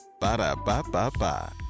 Ba-da-ba-ba-ba